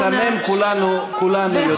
אני חושב שלהיתמם כולנו יודעים.